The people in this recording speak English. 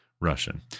Russian